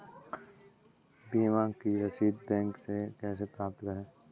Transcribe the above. बीमा की रसीद बैंक से कैसे प्राप्त करें?